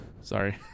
Sorry